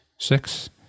Six